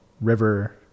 River